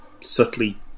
subtly